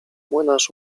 młynarz